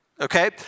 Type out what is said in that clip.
okay